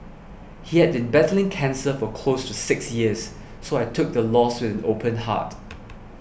he had been battling cancer for close to six years so I took the loss with an open heart